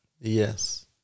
Yes